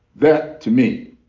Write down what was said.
that to me